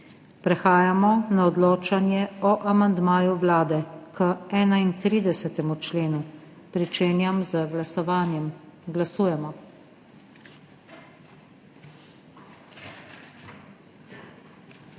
Prehajamo na odločanje o amandmaju Vlade k 25. členu. Pričenjam z glasovanjem. Glasujemo.